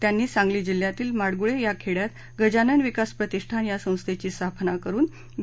त्यांनी सांगली जिल्हातील माडगूळे या खेड्यात गजानन विकास प्रतिष्ठान या संस्थेची स्थापना करुन ग